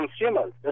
consumers